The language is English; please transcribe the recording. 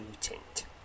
tint